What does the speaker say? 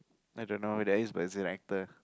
I don't know who that is but is an actor